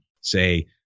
say